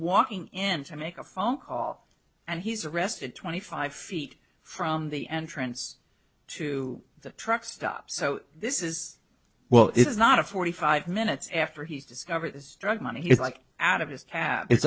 walking in to make a phone call and he's arrested twenty five feet from the entrance to the truck stop so this is well it's not a forty five minutes after he's discovered this drug money he's like out of his cab it's